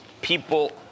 people